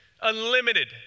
unlimited